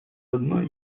одной